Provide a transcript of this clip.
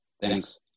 Thanks